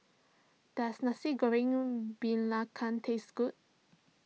does Nasi Goreng Belacan taste good